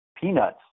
peanuts